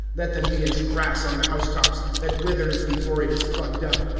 let them be as grass on the house-tops, that withers before it is plucked up.